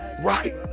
Right